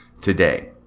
today